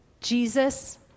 Jesus